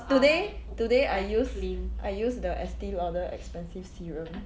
today today I use I use the Estee Lauder expensive serum which kid